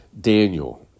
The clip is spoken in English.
Daniel